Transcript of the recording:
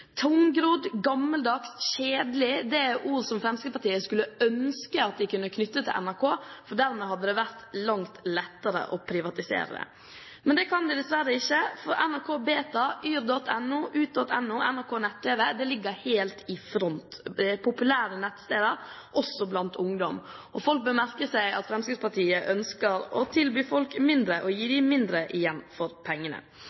Tungrodd, gammeldags, kjedelig – dette er ord som Fremskrittspartiet skulle ønske at de kunne knytte til NRK, for dermed hadde det vært langt lettere å privatisere det. Men det kan de dessverre ikke, for NRKbeta, yr.no, UT.no, NRK Nett-TV ligger helt i front. Dette er populære nettsteder, også blant ungdom. Folk bør merke seg at Fremskrittspartiet ønsker å tilby folk mindre, å gi dem mindre igjen for pengene.